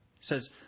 says